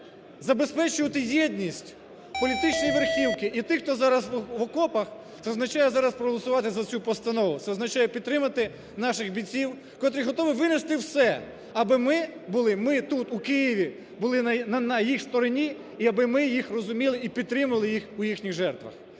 забезпечувати єдність політичної верхівки і тих, хто зараз в окопах, це означає зараз проголосувати за цю постанову, це означає підтримати наших бійців, котрі готові винести все, аби ми були, ми тут, у Києві, були на їх стороні і аби ми їх розуміли і підтримували їх у їхніх жертвах.